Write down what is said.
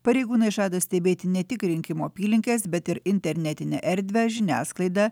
pareigūnai žada stebėti ne tik rinkimų apylinkes bet ir internetinę erdvę žiniasklaida